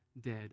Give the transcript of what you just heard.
dead